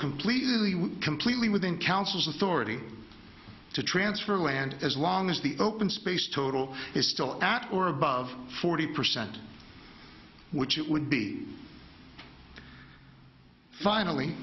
completely completely within councils authority to transfer land as long as the open space total is still at or above forty percent which it would be finally